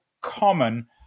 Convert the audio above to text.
common